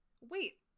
Wait